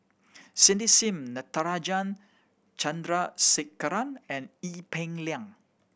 Cindy Sim Natarajan Chandrasekaran and Ee Peng Liang